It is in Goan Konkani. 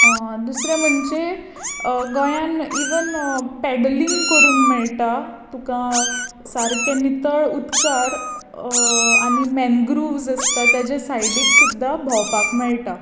दुसरें म्हणजे गोंयांत इवन पॅडलींग करूक मेळटा तुका सारकें नितळ उदकार आनी मॅनग्रुव्ज आसता ताजे सायडीक सुद्दा भोंवपाक मेळटा